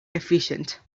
efficient